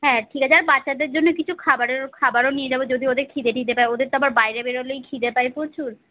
হ্যাঁ ঠিক আছে আর বাচ্চাদের জন্য কিছু খাবারেরও খাবারও নিয়ে যাবো যদি ওদের ক্ষিদে টিদে পায় ওদের তো আবার বাইরে বেরোলেই ক্ষিদে পায় প্রচুর